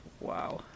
Wow